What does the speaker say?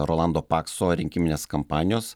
rolando pakso rinkiminės kampanijos